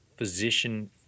Physician